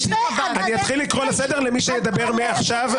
אני אתחיל לקרוא לסדר למי שיתחיל לדבר מעכשיו.